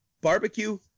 barbecue